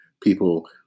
people